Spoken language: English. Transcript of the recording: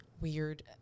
weird